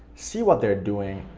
see what they're doing,